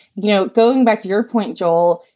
you know, going back to your point, joel,